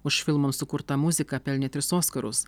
už filmams sukurtą muziką pelnė tris oskarus